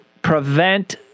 prevent